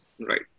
Right